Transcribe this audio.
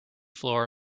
floor